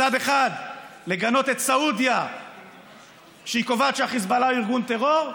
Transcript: מצד אחד לגנות את סעודיה כשהיא קובעת שהחיזבאללה הוא ארגון טרור,